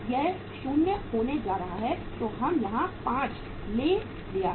ये 0 होने जा रहा है तो हम यहां 5 ले लिया है